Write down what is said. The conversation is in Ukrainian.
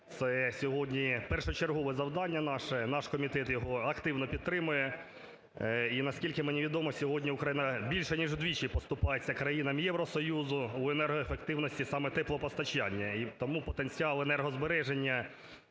це сьогодні першочергове завдання наше, наш комітет його активно підтримує. І, на скільки мені відомо, сьогодні Україна більше ніж вдвічі поступається країнам Євросоюзу в енергоефективності саме теплопостачання, і тому потенціал енергозбереження